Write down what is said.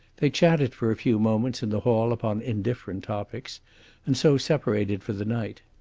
they chatted for a few moments in the hall upon indifferent topics and so separated for the night.